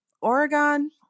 Oregon